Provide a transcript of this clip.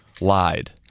lied